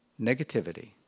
negativity